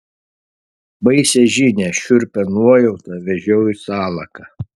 baisią žinią šiurpią nuojautą vežiau į salaką